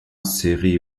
seri